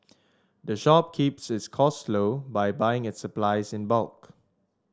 the shop keeps its costs low by buying its supplies in bulk